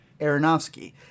Aronofsky